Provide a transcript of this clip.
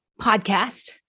podcast